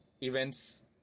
Events